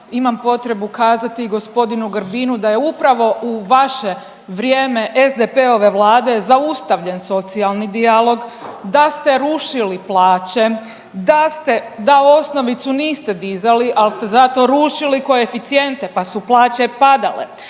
Imam potrebu kazati g. Grbinu da je upravo u vaše vrijeme SDP-ove Vlade zaustavljen socijalni dijalog, da ste rušili plaće, da ste, da osnovicu niste dizali, ali ste zato rušili koeficijente pa su plaće padale,